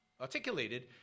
articulated